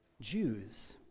Jews